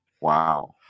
Wow